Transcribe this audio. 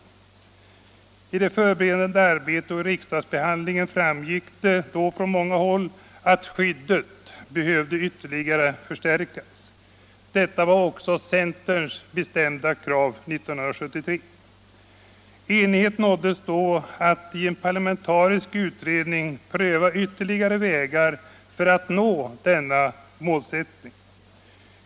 I det förberedande arbetet och i riksdagsbehandlingen framgick det från många håll att skyddet behövde ytterligare förstärkas. Detta var även centerns bestämda krav 1973. Enighet nåddes då att i en parlamentarisk utredning pröva ytterligare vägar för att förverkliga denna målsättning.